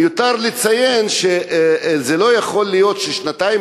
מיותר לציין שזה לא יכול להיות ששנתיים